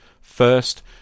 First